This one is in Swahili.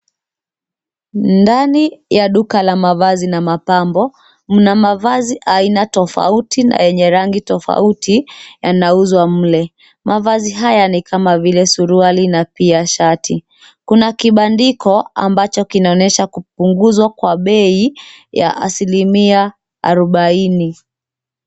Ndani ya duka la mavazi na mapambo mna mavazi aina tofauti na yenye rangi tofauti yanauzwa mle. Mavazi haya ni kama vile suruali na pia shati. Kuna kibandiko ambacho kinaonyesha kupunguzwa kwa bei ya asilimia arobaini.